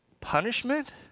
Punishment